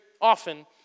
often